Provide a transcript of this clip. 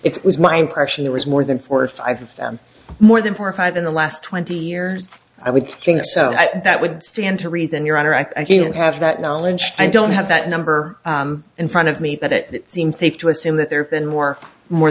was my impression there was more than four or five of them more than four or five in the last twenty years i would think so that would stand to reason your honor i can't have that knowledge i don't have that number in front of me but it seems safe to assume that there have been more more